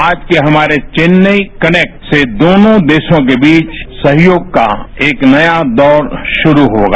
आज के हमारे चेन्नई कनेक्ट से दोनों देशों के बीच सहयोग का एक नया दौर शुरू होगा